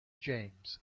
james